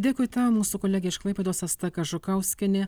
dėkui ta mūsų kolegė iš klaipėdos asta kažukauskienė